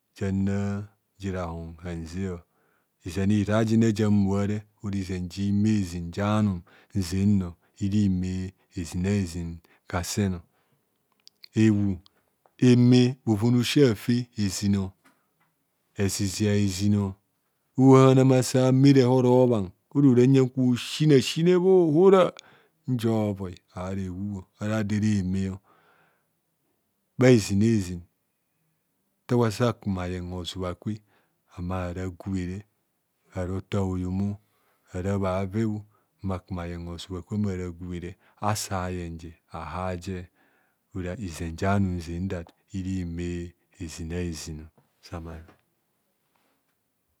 Nja na ji rehon hanzeo. Izen itha ja bhoa re ora izen ja anum nzeng ji ima hezina hezin enub eme bhoven osi afe hezina ezin ezezia hezin ohahan masa ame hobhar rehor roban oroban oru ora nyen kwa osine osine hora nzia ovoi ahar ehubho bhazinazin nta gwe asa kubho ayeng hozua kwere mma ara agubhe bhi asa ahar je